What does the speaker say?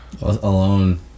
Alone